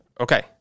Okay